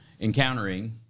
encountering